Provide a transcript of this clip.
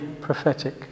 Prophetic